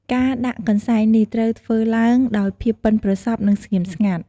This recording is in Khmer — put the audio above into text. ការដាក់កន្សែងនេះត្រូវធ្វើឡើងដោយភាពប៉ិនប្រសប់ និងស្ងៀមស្ងាត់។